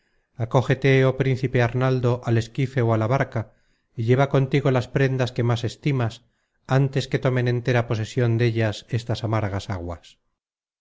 acógete oh príncipe arnaldo al esquife ó á la barca y lleva contigo las prendas que más estimas antes que tomen entera posesion dellas estas amargas aguas